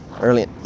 early